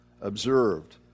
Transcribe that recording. observed